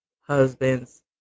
husbands